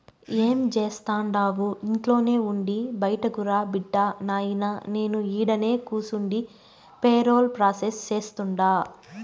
ఏం జేస్తండావు ఇంట్లోనే ఉండి బైటకురా బిడ్డా, నాయినా నేను ఈడనే కూసుండి పేరోల్ ప్రాసెస్ సేస్తుండా